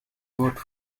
vote